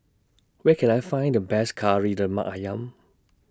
Where Can I Find The Best Kari Lemak Ayam